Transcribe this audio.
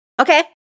Okay